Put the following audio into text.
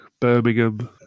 Birmingham